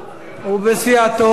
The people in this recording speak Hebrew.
הוא בסיעתו.